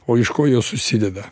o iš ko jos susideda